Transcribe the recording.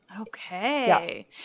okay